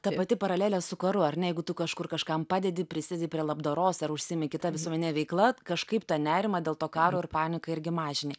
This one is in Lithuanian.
ta pati paralelė su karu ar ne jeigu tu kažkur kažkam padedi prisidedi prie labdaros ar užsiimi kita visuomenine veikla kažkaip tą nerimą dėl to karo ir paniką irgi mažini